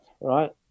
right